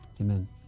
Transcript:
Amen